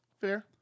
Fair